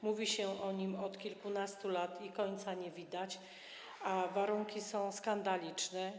Mówi się o nim od kilkunastu lat i końca nie widać, a warunki są skandaliczne.